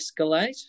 escalate